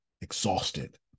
exhausted